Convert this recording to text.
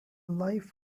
life